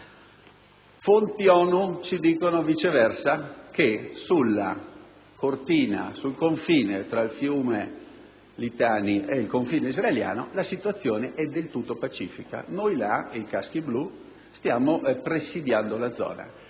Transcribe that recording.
Fonti ONU ci dicono viceversa che sulla cortina tra il fiume Litani e il confine israeliano la situazione è del tutto pacifica. Noi e i Caschi blu stiamo presidiando la zona,